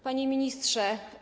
Panie Ministrze!